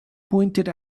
pointed